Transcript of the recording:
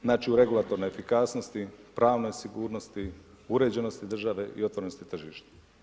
Znači u regulatornoj efikasnosti, pravnoj sigurnosti, uređenosti države i otvorenosti tržišta.